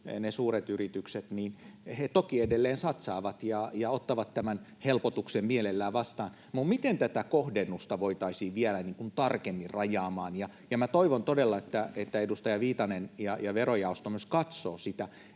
ne suuret yritykset toki edelleen satsaavat ja ottavat tämän helpotuksen mielellään vastaan, mutta miten tätä kohdennusta voitaisiin vielä tarkemmin rajata? Ja toivon todella, että edustaja Viitanen ja verojaosto myös katsovat sitä,